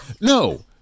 No